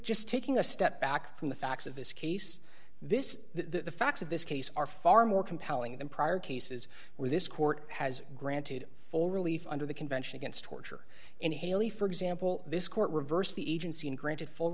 just taking a step back from the facts of this case this the facts of this case are far more compelling than prior cases where this court has granted full relief under the convention against torture in haley for example this court reversed the agency and